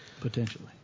Potentially